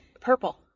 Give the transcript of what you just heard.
purple